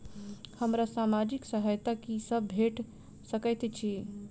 हमरा सामाजिक सहायता की सब भेट सकैत अछि?